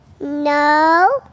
no